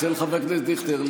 אצל חבר הכנסת דיכטר.